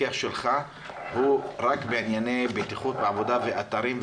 המפקח שלך הוא רק בענייני בטיחות בעבודה ואתרים,